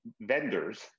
Vendors